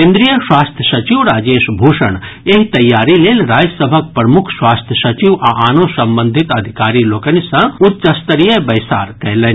केन्द्रीय स्वास्थ्य सचिव राजेश भूषण एहि तैयारी लेल राज्य सभक प्रमुख स्वास्थ्य सचिव आ आनो संबंधित अधिकारी लोकनि सँ उच्चस्तरीय बैसार कयलनि